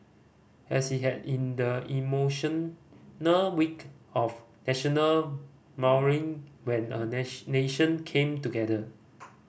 as he had in the emotional week of National Mourning when a nation came together